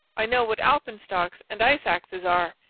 i know what alpenstocks and ice-axes are.